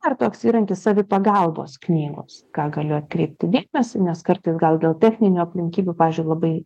dar toks įrankis savipagalbos knygos ką galiu atkreipti dėmesį nes kartais gal dėl techninių aplinkybių pavyzdžiui labai